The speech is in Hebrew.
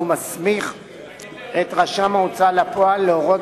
והוא מסמיך את רשם ההוצאה לפועל להורות